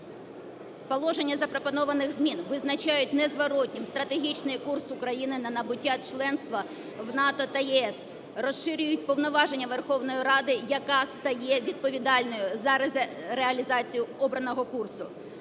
Положення запропонованих змін визначають незворотнім стратегічний курс України на набуття членства в НАТО та ЄС, розширюють повноваження Верховної Ради, яка стає відповідальною за реалізацію обраного курсу.